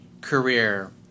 career